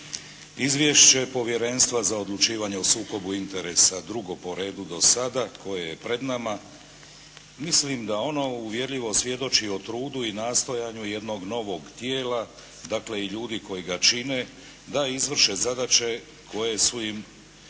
Izvješće Povjerenstva za odlučivanje o sukobu interesa, drugo po redu dosada koje je pred nama, mislim da ono uvjerljivo svjedoči o trudu i nastojanju jednog novog tijela dakle i ljudi koji ga čine, da izvrše zadaće koje su im stavljene